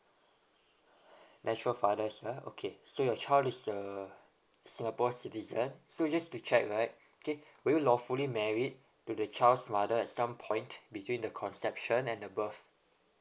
natural fathers okay so your child is a singapore citizen so just to check right okay were you lawfully married to the child's mother at some point between the conception and the birth